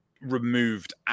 removed